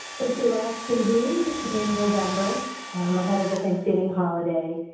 since we last convened in november um ahead of the thanksgiving holiday,